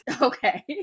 Okay